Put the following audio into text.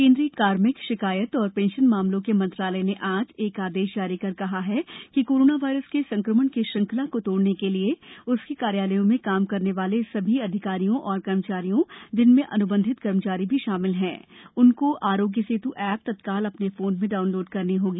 केन्द्रीय कार्मिक शिकायत और शेशन मामलों के मंत्रालय ने आज एक आदेश जारी कर कहा कि कोरोना वायरस के संक्रमण की श्रंखला को तोड़ने के लिए उसके कार्यालयों में काम करने वाले सभी अधिकारियों और कर्मचारियों जिनमें अन्बंधित कर्मचारी भी शामिल हैं को आरोग्य सेत् ऐस तत्काल अ ने फोन में डाउनलोड करनी होगी